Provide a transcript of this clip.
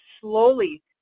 slowly